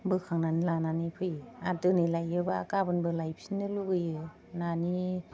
बोखांनानै लानानै फैयो आरो दिनै लायोबा गाबोनबो लायफिननो लुगैयो नानि